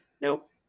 Nope